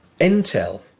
Intel